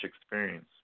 experience